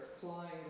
flying